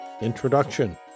Introduction